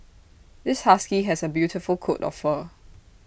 this husky has A beautiful coat of fur